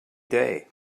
day